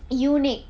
unique